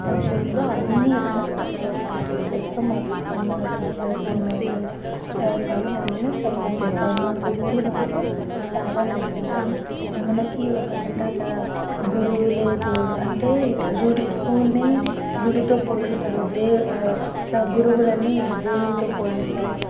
మా స్కూల్లో అన్ని ఎక్సట్రా కరీకులర్ ఆక్టివిటీస్లో మా మా టీచర్స్ మా మేడమ్స్ సార్స్ వాళ్ళు మమ్మల్ని సపోర్ట్ చేస్తారు మా గురువులు మాకు చాలా నేర్పించారు మనకి ఒకటి అంటారు కదా గురువులే దేవుళ్ళు అంటే గుడి స్కూల్ని గుడితో పోలుస్తారు దే సద్గురువులని దేవుళ్ళతో పోలుస్తారు